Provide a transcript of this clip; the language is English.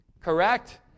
Correct